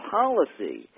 policy